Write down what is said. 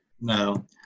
No